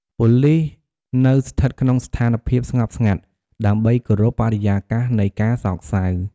ប៉ូលិសនៅស្ថិតក្នុងស្ថានភាពស្ងប់ស្ងាត់់ ដើម្បីគោរពបរិយាកាសនៃការសោកសៅ។